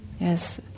Yes